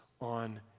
on